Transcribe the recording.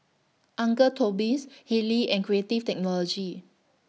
Uncle Toby's Haylee and Creative Technology